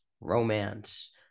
romance